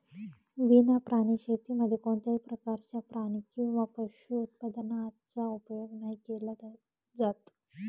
विना प्राणी शेतीमध्ये कोणत्याही प्रकारच्या प्राणी किंवा पशु उत्पादनाचा उपयोग नाही केला जात